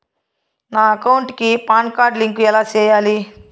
నా అకౌంట్ కి PAN card link ఎలా సేయాలి